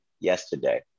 yesterday